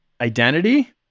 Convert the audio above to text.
identity